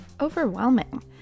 overwhelming